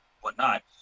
whatnot